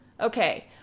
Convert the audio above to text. Okay